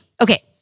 Okay